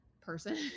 person